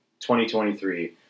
2023